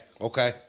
okay